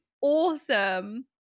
awesome